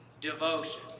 devotion